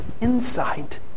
insight